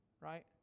right